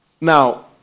Now